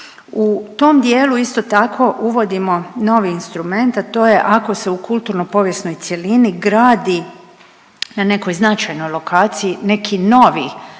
U tom dijelu isto tako, uvodimo novi instrument, a to je ako se u kulturno-povijesnoj cjelini gradi na nekoj značajnoj lokaciji neki novi